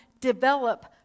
develop